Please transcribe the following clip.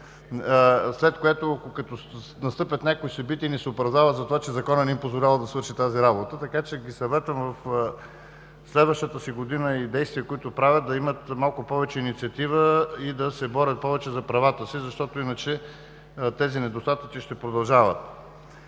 след което като настъпят някои събития, се оправдават, че Законът не им позволява да свършат тази работа. Така че ги съветвам в следващата си година и действия, които правят, да имат малко повече инициатива и да се борят повече за правата си, защото иначе тези недостатъци ще продължават.